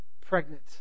pregnant